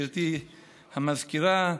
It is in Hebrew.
גברתי המזכירה,